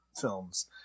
films